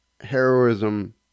heroism